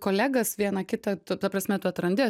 kolegas vieną kitą tu ta prasme tu atrandi